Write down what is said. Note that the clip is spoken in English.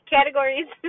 Categories